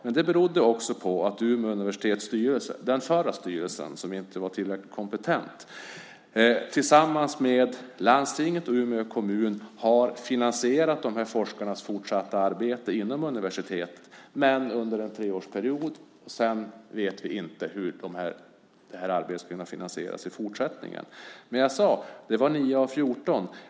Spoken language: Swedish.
Men det beror på att Umeå universitets styrelse - den förra styrelsen som inte var tillräckligt kompetent - tillsammans med landstinget och Umeå kommun har finansierat forskarnas fortsatta arbete inom universitetet. Det sker under en treårsperiod. Sedan vet vi inte hur arbetet ska finansieras i fortsättningen. Det är alltså 9 av 14.